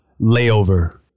layover